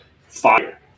fire